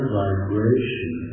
vibration